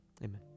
Amen